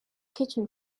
kitchen